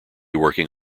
working